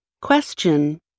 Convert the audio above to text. Question